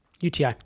UTI